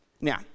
Now